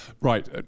right